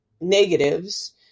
negatives